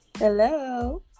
Hello